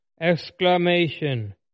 exclamation